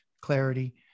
clarity